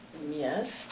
Yes